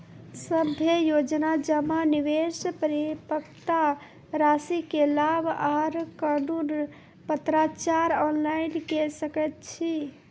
सभे योजना जमा, निवेश, परिपक्वता रासि के लाभ आर कुनू पत्राचार ऑनलाइन के सकैत छी?